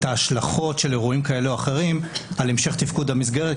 ההשלכות של אירועים כאלה או אחרים על המשך תפקוד המסגרת,